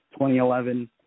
2011